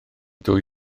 dwy